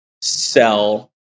sell